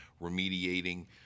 remediating